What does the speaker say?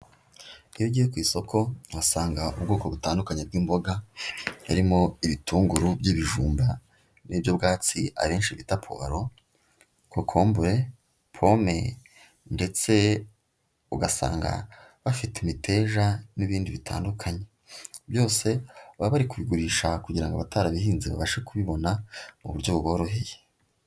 Iyo ugiye ku isoko uhasanga ubwoko butandukanye bw'imboga, harimo ibitunguru by'ibijumba n'iby'ubwatsi abenshi puwaro, kokombure, pome ndetse ugasanga bafite imiteja n'ibindi bitandukanye, byose baba bari kubigurisha kugira ngo abatarabihinze babashe kubibona mu buryo buboroheye.